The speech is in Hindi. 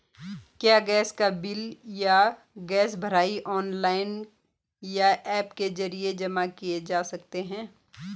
क्या गैस का बिल या गैस भराई ऑनलाइन या ऐप के जरिये जमा किये जा सकते हैं?